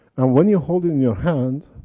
and when you hold it in your hand,